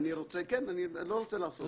אני לא רוצה לעשות את זה.